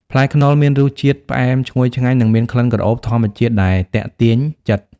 ផ្លែខ្នុរមានរសជាតិ ផ្អែមឈ្ងុយឆ្ងាញ់ និងមាន ក្លិនក្រអូប ធម្មជាតិដែលទាក់ទាញចិត្ត។